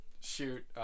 shoot